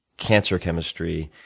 cancer chemistry,